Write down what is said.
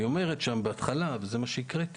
היא אומרת שם בהתחלה, וזה מה שהקראתי,